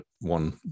one